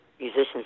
musicians